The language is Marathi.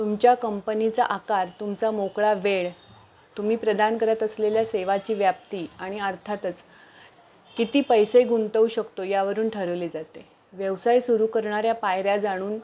तुमच्या कंपनीचा आकार तुमचा मोकळा वेळ तुम्ही प्रदान करत असलेल्या सेवाची व्याप्ती आणि अर्थातच किती पैसे गुंतवू शकतो यावरून ठरवले जाते व्यवसाय सुरू करणाऱ्या पायऱ्या जाणून